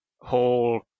whole